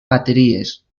bateries